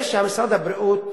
משרד הבריאות